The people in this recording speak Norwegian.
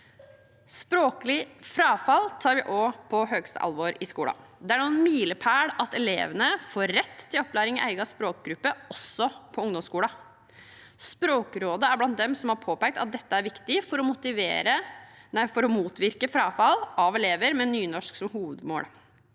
språk i skolen tar vi også på høyeste alvor. Det er en milepæl at elevene får rett til opplæring i egen språkgruppe også på ungdomsskolen. Språkrådet er blant dem som har påpekt at dette er viktig for å motvirke frafall av elever med nynorsk som hovedmål.